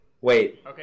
wait